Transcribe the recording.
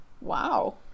Wow